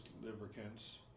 lubricants